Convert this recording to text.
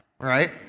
right